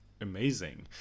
amazing